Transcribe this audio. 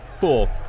four